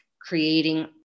creating